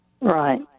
right